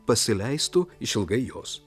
pasileistų išilgai jos